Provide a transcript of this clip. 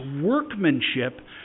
workmanship